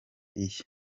iye